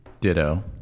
Ditto